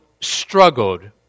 struggled